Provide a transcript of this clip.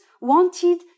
wanted